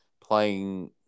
playing